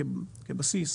כבסיס,